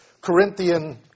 Corinthian